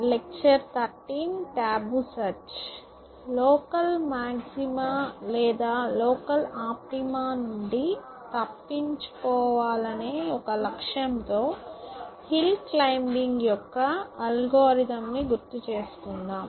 Tabu search local maxima లేదా local optima నుండి తప్పించుకోవాలనే ఒక లక్ష్యంతో హిల్ క్లైమ్బింగ్ యొక్క అల్గోరిథం ని గుర్తుచేసుకుందాం